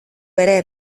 ere